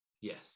Yes